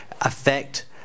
affect